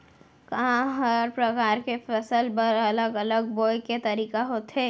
का हर प्रकार के फसल बर अलग अलग बोये के तरीका होथे?